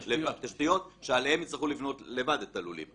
תשתיות עליהן יצטרכו לבנות לבד את הלולים.